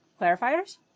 clarifiers